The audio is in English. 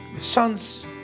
sons